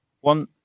One